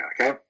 okay